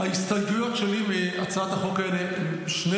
ההסתייגויות שלי מהצעת החוק הזו הן שני